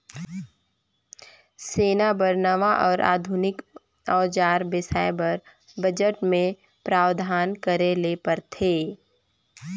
सेना बर नावां अउ आधुनिक अउजार बेसाए बर बजट मे प्रावधान करे ले परथे